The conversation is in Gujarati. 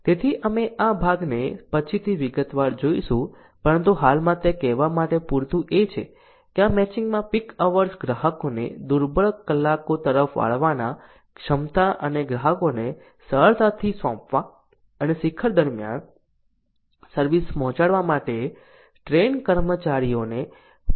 તેથી અમે આ ભાગને પછીથી વધુ વિગતવાર જોઈશું પરંતુ હાલમાં તે કહેવા માટે પૂરતું છે કે આ મેચિંગમાં પીક અવર્સ ગ્રાહકોને દુર્બળ કલાકો તરફ વાળવાની ક્ષમતા અને ગ્રાહકોને સરળતાથી સોંપવા અને શિખર દરમિયાન સર્વિસ પહોંચાડવા માટે ટ્રેન કર્મચારીઓને પાર કરવાની ક્ષમતા શામેલ છે